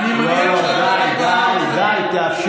די, די.